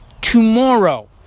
tomorrow